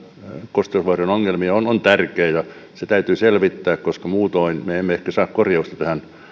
kosteusvaurio ongelmia on on tärkeä ja se täytyy selvittää koska muutoin me emme ehkä saa korjausta tähän